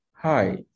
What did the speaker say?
Hi